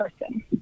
person